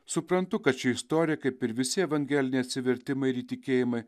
suprantu kad ši istorija kaip ir visi evangeliniai atsivertimai ir įtikėjimai